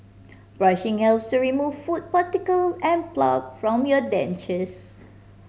brushing hell to remove food particles and plaque from your dentures